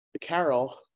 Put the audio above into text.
Carol